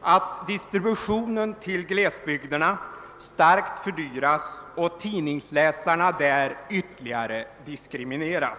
att distributionen till glesbygderna starkt fördyras och tidningsläsarna där ytterligare diskrimineras.